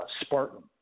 Spartan